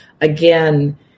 Again